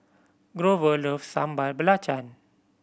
Grover loves Sambal Belacan